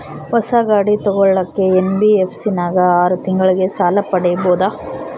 ಹೊಸ ಗಾಡಿ ತೋಗೊಳಕ್ಕೆ ಎನ್.ಬಿ.ಎಫ್.ಸಿ ನಾಗ ಆರು ತಿಂಗಳಿಗೆ ಸಾಲ ಪಡೇಬೋದ?